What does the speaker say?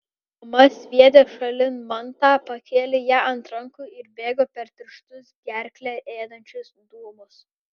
mama sviedė šalin mantą pakėlė ją ant rankų ir bėgo per tirštus gerklę ėdančius dūmus